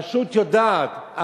הרשות יודעת,